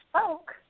spoke